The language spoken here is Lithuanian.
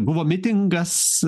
buvo mitingas